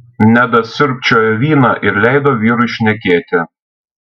nedas siurbčiojo vyną ir leido vyrui šnekėti